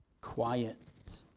Quiet